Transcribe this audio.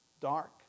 dark